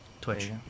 Twitch